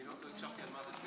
לא הקשבתי על מה זה.